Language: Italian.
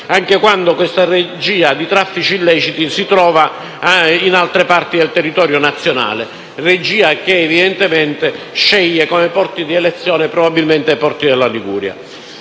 anche quando la regia di traffici illeciti si trova in altre parti del territorio nazionale: regia che evidentemente sceglie come porti di elezione probabilmente i porti della Liguria.